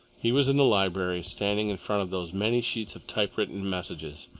he was in the library, standing in front of those many sheets of typewritten messages,